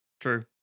true